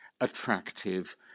attractive